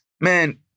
Man